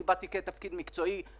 אני באתי כתפקיד מקצועי,